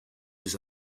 was